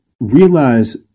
realize